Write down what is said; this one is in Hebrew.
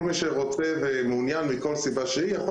כל מי שרוצה ומעוניין מכל סיבה שהיא יכול